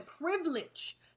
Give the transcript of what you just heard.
privilege